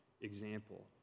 example